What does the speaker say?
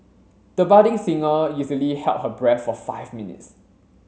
the budding singer easily held her breath for five minutes